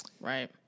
Right